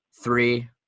three